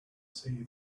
see